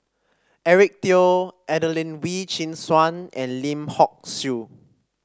Eric Teo Adelene Wee Chin Suan and Lim Hock Siew